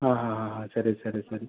ಹಾಂ ಹಾಂ ಹಾಂ ಹಾಂ ಸರಿ ಸರಿ ಸರಿ